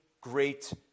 great